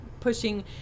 pushing